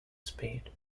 speed